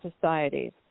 societies